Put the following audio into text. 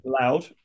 Loud